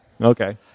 Okay